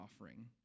offering